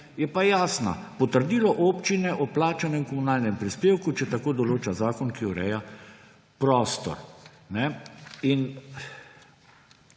je pa jasna – potrdilo občine o plačanem komunalnem prispevku, če tako določa zakon, ki ureja prostor.